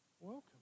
Welcome